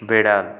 বেড়াল